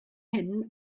hyn